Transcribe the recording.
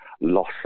loss